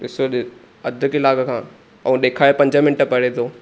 ॾिसो अध कलाक खां ऐं ॾेखारे पंज मिंट परे थो